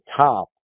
top